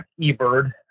ebird